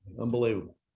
Unbelievable